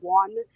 one